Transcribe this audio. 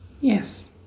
Yes